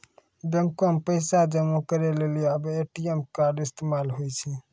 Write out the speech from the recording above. बैको मे पैसा जमा करै लेली आबे ए.टी.एम कार्ड इस्तेमाल होय छै